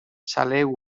saleu